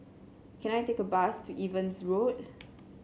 can I take a bus to Evans Road